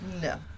No